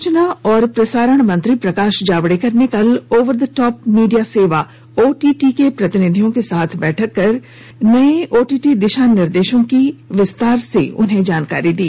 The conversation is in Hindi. सूचना और प्रसारण मंत्री प्रकाश जावड़ेकर ने कल ओवर द टॉप मीडिया सेवा ओटीटी के प्रतिनिधियों के साथ बैठक कर उन्हेंन नए ओटीटी दिशा निर्देशों की विस्तार से जानकारी दी